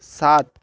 সাত